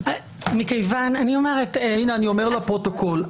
הינה, אני אומר לפרוטוקול.